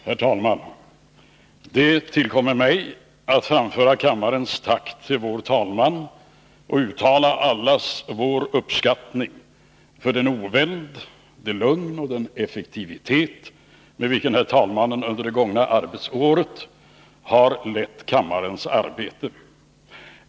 Herr talman! Det tillkommer mig att framföra kammarens tack till vår talman och uttala allas vår uppskattning för den oväld, det lugn och den effektivitet med vilken herr talmannen under det gångna arbetsåret har lett kammarens arbete.